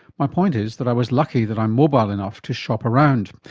my point is that i was lucky that i am mobile enough to shop around.